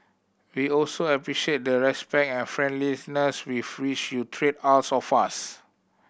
we also appreciate the respect and friendliness with which you treat all of us